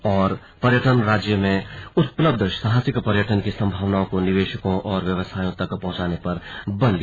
और पर्यटन मंत्री ने राज्य में उपलब्ध साहसिक पर्यटन की संभावनाओं को निवेशकों और व्यवसायियों तक पहुंचाने पर बल दिया